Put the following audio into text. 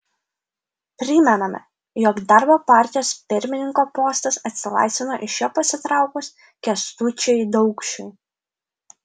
primename jog darbo partijos pirmininko postas atsilaisvino iš jo pasitraukus kęstučiui daukšiui